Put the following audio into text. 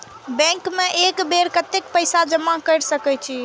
Bank में एक बेर में कतेक पैसा जमा कर सके छीये?